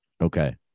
Okay